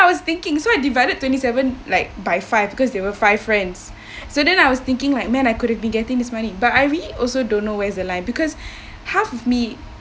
I was thinking so I divided twenty seven like by five because they were five friends so then I was thinking like man I could have been getting this money but I really also don't know where is the line because half of me